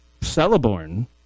Celeborn